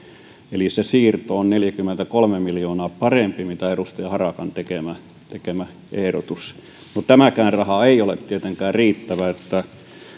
eli se siirto on neljäkymmentäkolme miljoonaa parempi kuin edustaja harakan tekemä tekemä ehdotus mutta tämäkään raha ei ole tietenkään riittävä eli